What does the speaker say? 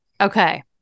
Okay